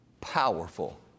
Powerful